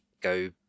go